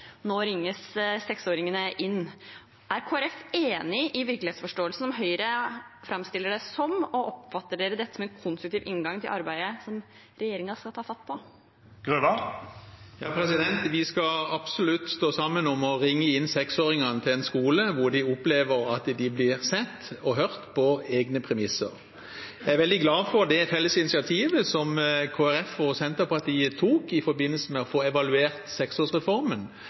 seksåringene inn. Er Kristelig Folkeparti enig i virkelighetsforståelsen som Høyre framstiller det som, og oppfatter de dette som en konstruktiv inngang til arbeidet som regjeringen skal ta fatt på? Vi skal absolutt stå sammen om å ringe inn seksåringene til en skole hvor de opplever at de blir sett og hørt på egne premisser. Jeg er veldig glad for det felles initiativet som Kristelig Folkeparti og Senterpartiet tok i forbindelse med å få evaluert